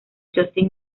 justin